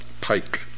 Pike